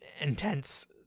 intense